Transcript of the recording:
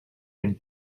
and